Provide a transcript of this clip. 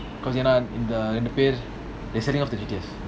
கொஞ்சநாள்இந்த:konjanaal indha they sending off the details